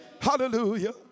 Hallelujah